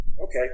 okay